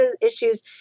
issues